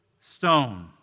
stone